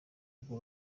bwo